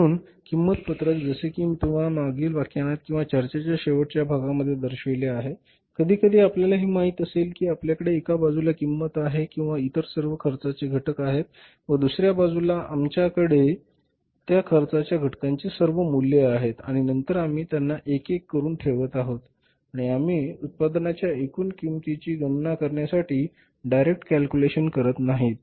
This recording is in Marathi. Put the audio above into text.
म्हणून किंमत पत्रक जसे की मी तुम्हाला मागील व्याख्यानात किंवा चर्चेच्या शेवटच्या भागामध्ये दर्शविले आहे कधीकधी आपल्याला हे माहित असेल की आपल्याकडे एका बाजूला किंमत आहे किंवा इतर सर्व खर्चाचे घटक आहेत व दुसऱ्या बाजूला आमच्याकडे त्या खर्चाच्या घटकांची सर्व मूल्ये आहेत आणि नंतर आम्ही त्यांना एक एक करून ठेवत आहोत आणि आम्ही उत्पादनाच्या एकूण किंमतीची गणना करण्यासाठी डायरेक्ट कॅल्क्युलेशन करत नाहीत